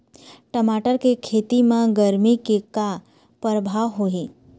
टमाटर के खेती म गरमी के का परभाव होही?